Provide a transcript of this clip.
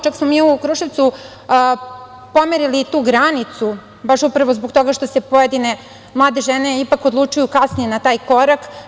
Čak smo mi u Kruševcu pomerili i tu granicu baš upravo zbog toga što se pojedine mlade žene ipak odlučuju kasnije na taj korak.